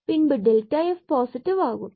பின்பும் delta Δf positive ஆகும்